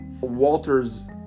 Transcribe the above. Walter's